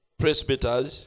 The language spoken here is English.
presbyters